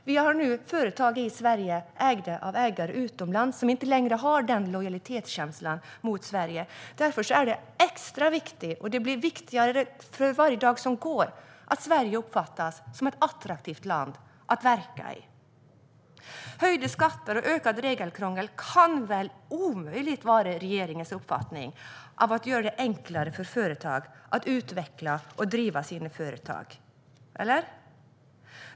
Vi har nu företag i Sverige som ägs av ägare utomlands, som inte har denna lojalitetskänsla mot Sverige. Därför är det extra viktigt - och det blir viktigare för varje dag som går - att Sverige uppfattas som ett attraktivt land att verka i. Höjda skatter och ökat regelkrångel kan väl omöjligt vara regeringens uppfattning om hur man gör det enklare för företagare att utveckla och driva sina företag, eller hur är det med den saken?